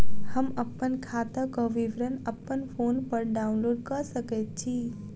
हम अप्पन खाताक विवरण अप्पन फोन पर डाउनलोड कऽ सकैत छी?